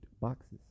boxes